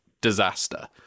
disaster